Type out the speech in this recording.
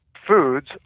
foods